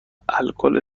الکل